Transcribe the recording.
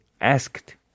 asked